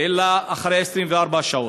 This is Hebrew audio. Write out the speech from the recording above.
אלא אחרי 24 שעות.